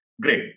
Great